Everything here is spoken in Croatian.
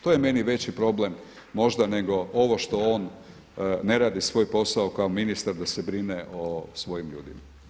To je meni već problem možda nego ovo što on ne radi svoj posao kao ministar da se brine o svojim ljudima.